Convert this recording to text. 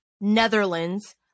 Netherlands